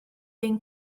ein